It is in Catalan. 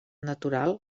natural